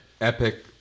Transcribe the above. epic